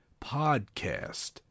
podcast